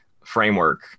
framework